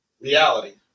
Reality